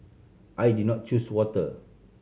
I did not choose water